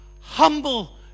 Humble